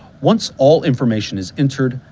once all information is entered,